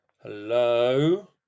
Hello